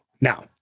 Now